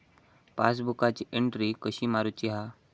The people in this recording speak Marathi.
पासबुकाची एन्ट्री कशी मारुची हा?